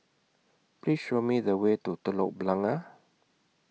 Please Show Me The Way to Telok Blangah